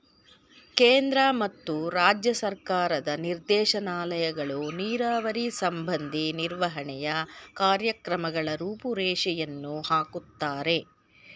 ಕೇಂದ್ರ ಮತ್ತು ರಾಜ್ಯ ಸರ್ಕಾರದ ನಿರ್ದೇಶನಾಲಯಗಳು ನೀರಾವರಿ ಸಂಬಂಧಿ ನಿರ್ವಹಣೆಯ ಕಾರ್ಯಕ್ರಮಗಳ ರೂಪುರೇಷೆಯನ್ನು ಹಾಕುತ್ತಾರೆ